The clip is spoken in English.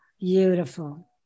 Beautiful